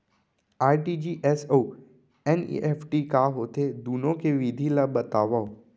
RTGS अऊ NEFT का होथे, दुनो के विधि ला बतावव